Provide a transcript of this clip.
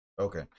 Okay